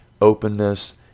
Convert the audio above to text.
openness